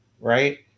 Right